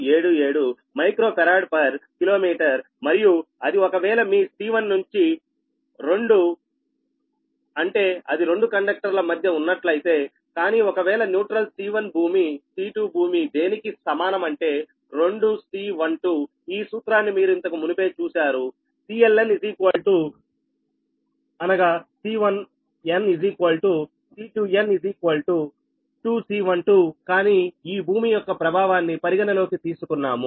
00477 microfarad per kilometre మరియు అది ఒకవేళ మీ C1 నుంచి 2 అంటే అది రెండు కండక్టర్ ల మధ్య ఉన్నట్లయితేకానీ ఒకవేళ న్యూట్రల్ C1 భూమిC2 భూమి దేనికి సమానం అంటే 2 C12 ఈ సూత్రాన్ని మీరు ఇంతకు మునుపే చూశారు C1n C2n 2 C12 కానీ ఈ భూమి యొక్క ప్రభావాన్ని పరిగణలోకి తీసుకున్నాము